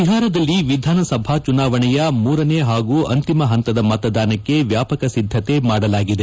ಬಿಹಾರದಲ್ಲಿ ವಿಧಾನಸಭಾ ಚುನಾವಣೆಯ ಮೂರನೇ ಹಾಗೂ ಅಂತಿಮ ಹಂತದ ಮತದಾನಕ್ಕೆ ವ್ಯಾಪಕ ಸಿದ್ದತೆ ಮಾಡಲಾಗಿದೆ